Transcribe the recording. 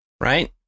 right